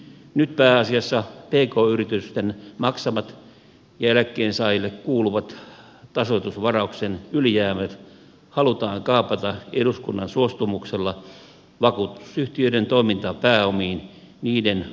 nyt pääasiassa pk yritysten mak samat ja eläkkeensaajille kuuluvat tasoitusva rauksen ylijäämät halutaan kaapata eduskunnan suostumuksella vakuutusyhtiöiden toimintapääomiin niiden omaisuudeksi